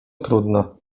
trudno